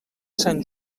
sant